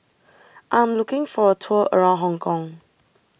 I am looking for a tour around Hong Kong